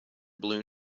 balloon